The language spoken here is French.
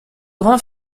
rend